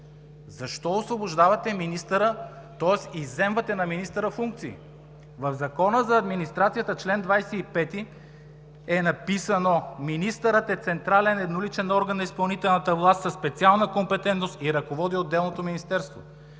Защо освобождавате министъра, тоест изземвате функции на министъра? В чл. 25 на Закона за администрацията е написано: „Министърът е централен едноличен орган на изпълнителната власт със специална компетентност и ръководи отделното министерство“.